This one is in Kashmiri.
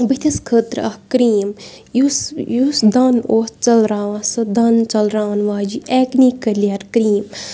بٕتھِس خٲطرٕ اَکھ کرٛیٖم یُس یُس دانہٕ اوس ژَلراوان سُہ دَن ژَلراوان واجہِ اٮ۪کنی کٕلیَر کرٛیٖم